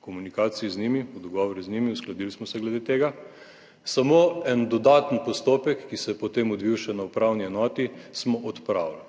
komunikaciji z njimi, v dogovoru z njimi, uskladili smo se glede tega, samo en dodaten postopek, ki se je, potem odvil še na upravni enoti, smo odpravili.